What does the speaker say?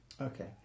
Okay